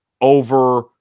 over